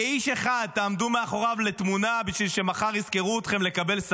כאיש אחד תעמדו מאחוריו לתמונה בשביל שמחר יזכרו אתכם לקבל,